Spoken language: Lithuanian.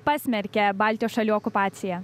pasmerkė baltijos šalių okupaciją